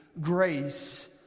grace